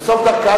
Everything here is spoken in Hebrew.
לסוף דרכה?